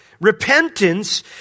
Repentance